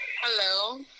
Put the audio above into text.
hello